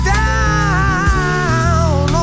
down